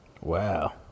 Wow